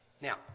Now